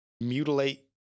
mutilate